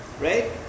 right